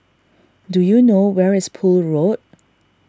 do you know where is Poole Road